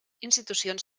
institucions